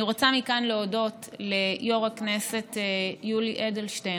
אני רוצה מכאן להודות ליו"ר הכנסת יולי אדלשטיין